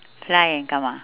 fly and come ah